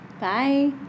Bye